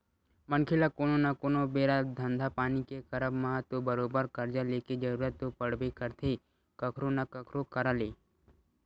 मनखे ल कोनो न कोनो बेरा धंधा पानी के करब म तो बरोबर करजा लेके जरुरत तो पड़बे करथे कखरो न कखरो करा ले